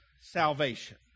salvation